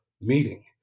meeting